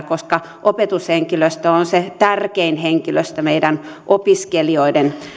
koska opetushenkilöstö on se tärkein henkilöstö meidän opiskelijoiden